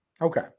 Okay